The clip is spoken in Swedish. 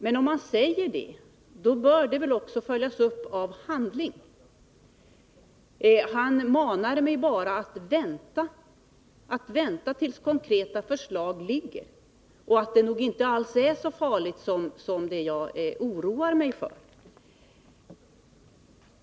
Men om han verkligen menar det bör han följa upp det med handling. Han manade mig bara att vänta tills konkreta förslag föreligger och sade att det nog inte alls är så farligt som jag tror.